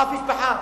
אף משפחה.